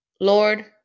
Lord